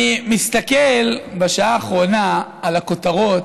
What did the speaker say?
אני מסתכל בשעה האחרונה על הכותרות,